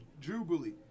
jubilee